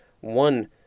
one